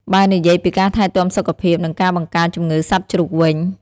បើនិយាយពីការថែទាំសុខភាព និងការបង្ការជំងឺសត្វជ្រូកវិញ។